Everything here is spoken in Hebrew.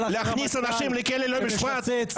להכניס אנשים לכלא ללא משפט?